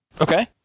Okay